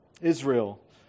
Israel